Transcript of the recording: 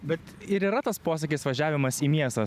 bet ir yra tas posakis važiavimas į miestą